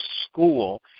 school